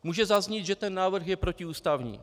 Může zaznít, že ten návrh je protiústavní.